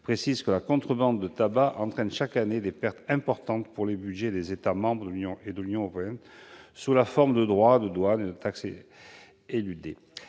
précise que la contrebande de tabac entraîne chaque année des pertes importantes pour les budgets des États membres de l'Union européenne et de cette dernière, sous la forme de droits de douane et de taxes éludés.